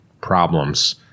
problems